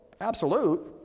absolute